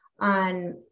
on